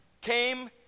came